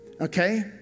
okay